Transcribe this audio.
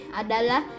adalah